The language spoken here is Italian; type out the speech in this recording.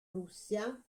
russia